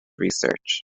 research